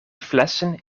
flessen